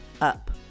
up